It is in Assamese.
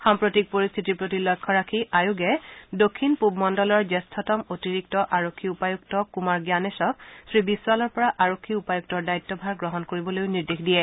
সাম্প্ৰতিক পৰিস্থিতিৰ প্ৰতি লক্ষ্য ৰাখি আয়োগে দক্ষিণ পূব মণ্ডলৰ জ্যেষ্ঠতম অতিৰিক্ত আৰক্ষী উপায়ুক্ত কুমাৰ জ্ঞানেশক শ্ৰীবিশ্বালৰ পৰা আৰক্ষী উপায়ুক্তৰ দায়িত্বভাৰ গ্ৰহণ কৰিবলৈও নিৰ্দেশ দিয়ে